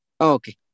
Okay